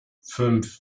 fünf